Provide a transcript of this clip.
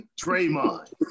Draymond